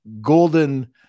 golden